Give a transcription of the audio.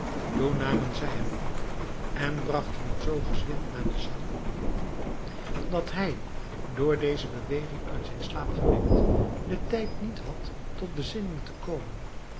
toen namen zij hem op en bragten hem zoo gezwind naar de zaal dat hij door deze beweging uit zijn slaap gewekt den tijd niet had tot bezinning te komen